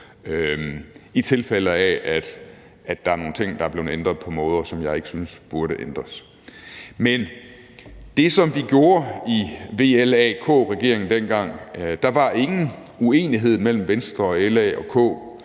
i tilfælde af at der er nogle ting, der er blevet ændret på måder, som jeg ikke synes de burde ændres på. Men i forbindelse med det, som vi gjorde i VLAK-regeringen dengang, var der ingen uenighed mellem Venstre, LA og K